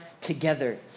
together